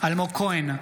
אלמוג כהן,